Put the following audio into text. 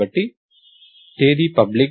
కాబట్టి తేదీ పబ్లిక్